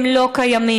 הם לא קיימים.